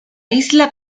isla